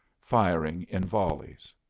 firing in volleys.